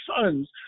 sons